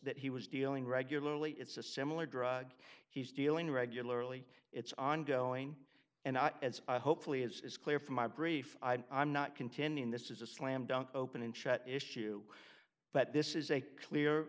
that he was dealing regularly it's a similar drug he's dealing regularly it's ongoing and hopefully it's clear from my brief i'm not contending this is a slam dunk open and shut issue but this is a clear